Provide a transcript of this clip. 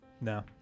No